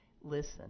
Listen